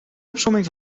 opsomming